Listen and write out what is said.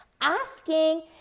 asking